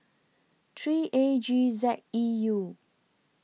three A G Z E U